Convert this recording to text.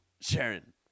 Sharon